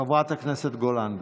חברת הכנסת גולן,